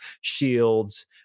shields